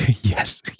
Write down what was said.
Yes